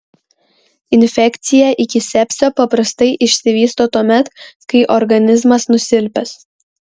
infekcija iki sepsio paprastai išsivysto tuomet kai organizmas nusilpęs